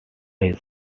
his